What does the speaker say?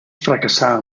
fracassà